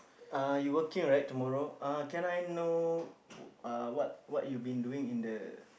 uh you working right tomorrow uh can I know uh what you what you've been doing in the